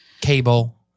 Cable